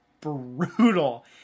brutal